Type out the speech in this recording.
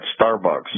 Starbucks